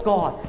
God